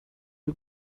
who